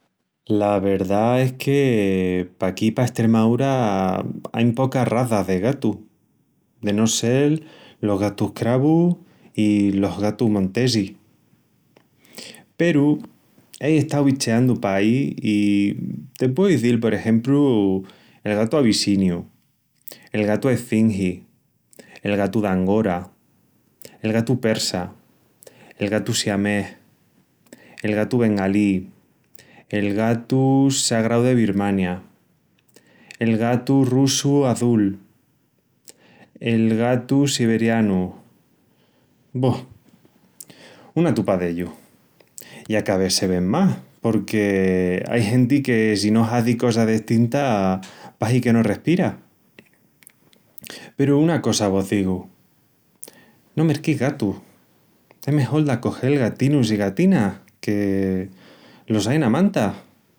La verdá es que paquí pa Estremaúra ain pocas razas de gatu de no sel los gatus cravus i los gatus montesis. Peru ei estau bicheandu paí i te pueu izil por exempru el gatu abissiniu, el gatu esfingi, el gatu d'angora, el gatu persa, el gatu siamés, el gatu bengalí, el gatu sagrau de Birmania, el gatu russu azul, el gatu siberianu,... bu! una tupa d'ellus i a ca ves se ven más porque ai genti que si no hazi cosa destinta pahi que no respira. Peru una cosa vos digu, no merqueis gatus, es mejol d'acogel gatinus i gatinas que los ain a manta.